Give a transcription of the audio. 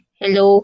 hello